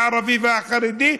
הערבי והחרדי,